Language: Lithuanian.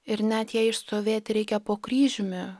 ir net jei išstovėti reikia po kryžiumi